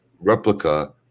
replica